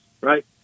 right